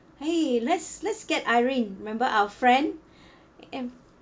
!hey! let's let's get irene remember our friend am